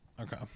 Okay